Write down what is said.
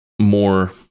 more